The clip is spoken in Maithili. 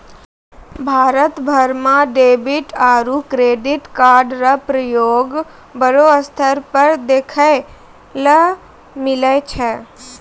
भारत भर म डेबिट आरू क्रेडिट कार्डो र प्रयोग बड़ो स्तर पर देखय ल मिलै छै